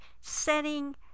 setting